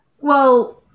well-